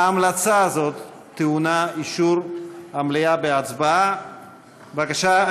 ההמלצה הזאת, טעונה אישור המליאה בהצבעה, בבקשה.